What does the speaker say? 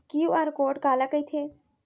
QR code काला कहिथे?